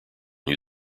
new